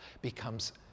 becomes